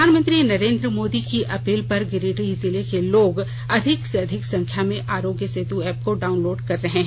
प्रधानमंत्री नरेन्द्र मोदी की अपील पर गिरिडीह जिले के लोग अधिक से अधिक संख्या में आरोग्य सेत एप को डाउनलोड कर रहे हैं